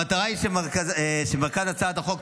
המטרה שבמרכז הצעת החוק,